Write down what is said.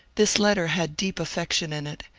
this letter had deep affection in it,